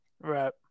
right